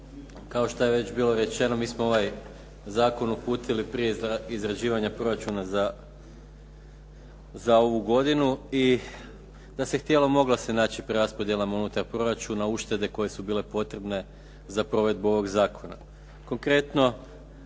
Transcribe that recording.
kao što je već bilo rečeno, mi smo ovaj zakon uputili prije izrađivanja proračuna za ovu godinu i da se htjelo mogla se naći preraspodjela unutar proračuna, uštede koje su bile potrebne za provedbu ovog zakona.